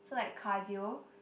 so like cardio